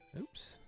Oops